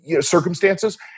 circumstances